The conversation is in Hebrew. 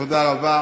תודה רבה.